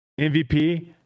MVP